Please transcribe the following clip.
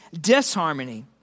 disharmony